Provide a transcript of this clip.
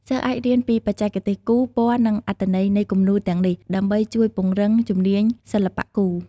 សិស្សអាចរៀនពីបច្ចេកទេសគូរ ពណ៌ និងអត្ថន័យនៃគំនូរទាំងនេះ ដើម្បីជួយពង្រឹងជំនាញសិល្បៈគូរ។